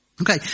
Okay